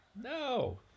No